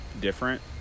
different